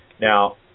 Now